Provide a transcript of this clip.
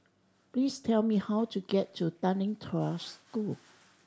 please tell me how to get to Tanglin Trust School